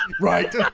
Right